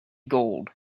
gold